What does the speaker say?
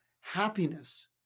happiness